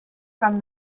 from